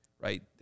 right